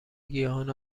گیاهان